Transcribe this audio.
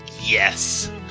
Yes